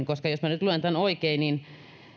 koska jos minä nyt luen tämän oikein niin